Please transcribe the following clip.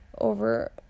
over